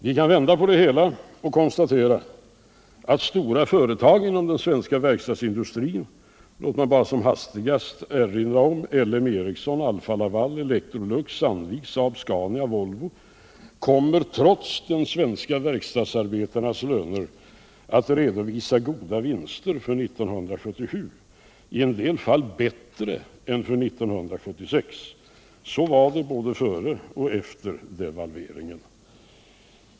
Vi kan vända på det hela och konstatera att stora företag inom den svenska verkstadsindustrin —låt mig bara som hastigast erinra om L M Ericsson, Alfa Laval, Electrolux, Sandvik, Saab-Scania och Volvo — kommer, trots de svenska verkstadsarbetarnas löner, att redovisa goda vinster för 1977, i en del fall bättre än för 1976. Så var det både före och efter devalveringen.